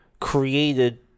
created